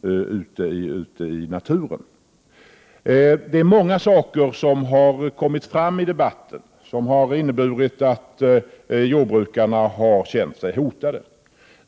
Det är mycket av det som kommit fram i debatten som har fått jordbrukarna att känna sig hotade.